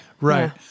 Right